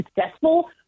successful